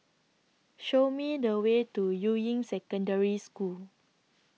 Show Me The Way to Yuying Secondary School